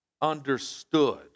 understood